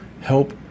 help